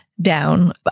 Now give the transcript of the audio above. down